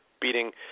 beating